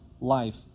life